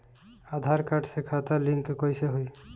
आधार card से खाता link कईसे होई?